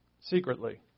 secretly